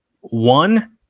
one